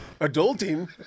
Adulting